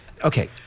Okay